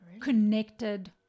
connected